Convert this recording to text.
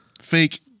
fake